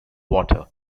water